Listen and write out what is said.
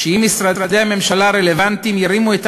שאם משרדי הממשלה הרלוונטיים ירימו את